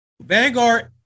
Vanguard